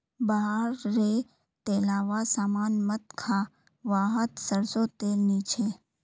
बाहर रे तेलावा सामान मत खा वाहत सरसों तेल नी छे